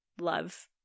love